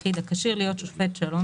של דן יחיד הכשיר להיות שופט שלום,